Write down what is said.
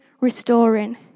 restoring